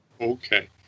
Okay